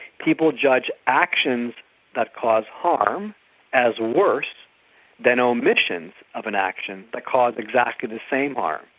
people judge actions that cause harm as worse than omissions of an action that caused exactly the same harm.